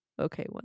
okay